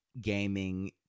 Gaming